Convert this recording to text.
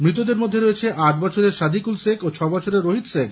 মৃতদের মধ্যে রয়েছে আট বছরের সাদিকুল শেখ ও ছয় বছরের রোহিত শেখ